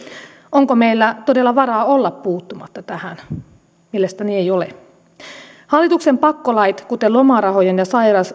onko meillä todella varaa olla puuttumatta tähän mielestäni ei ole hallituksen pakkolait kuten lomarahojen ja